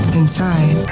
inside